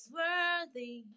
worthy